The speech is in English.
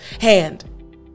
hand